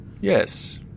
Yes